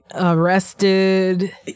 arrested